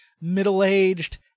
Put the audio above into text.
middle-aged